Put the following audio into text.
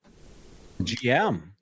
GM